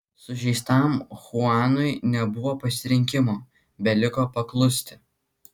sužeistam chuanui nebuvo pasirinkimo beliko paklusti